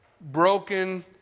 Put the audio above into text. broken